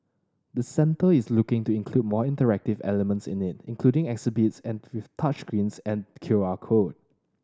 the centre is looking to include more interactive elements in it including exhibits and with touch screens and Q R code